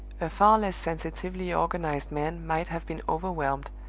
a far less sensitively organized man might have been overwhelmed,